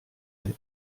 est